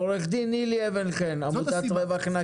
עורכת דין נילי חן, עמותת רווח נקי.